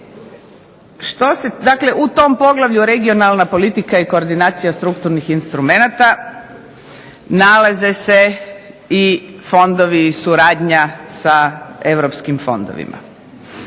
Dakle, u tom poglavlju Regionalna politika i koordinacija strukturnih instrumenata nalaze se i fondovi i suradnja s europskim fondovima.